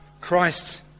Christ